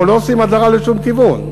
אנחנו לא עושים הדרה לשום כיוון.